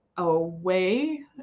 away